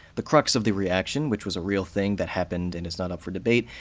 the crux of the reaction, which was a real thing that happened and is not up for debate,